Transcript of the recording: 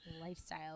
lifestyle